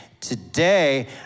today